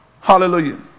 Hallelujah